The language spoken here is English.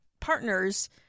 partners